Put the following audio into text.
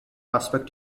respect